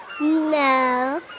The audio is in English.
No